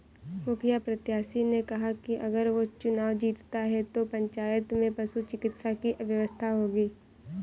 मुखिया प्रत्याशी ने कहा कि अगर वो चुनाव जीतता है तो पंचायत में पशु चिकित्सा की व्यवस्था होगी